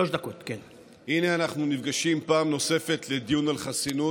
הינה אנחנו נפגשים פעם נוספת לדיון על חסינות,